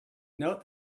note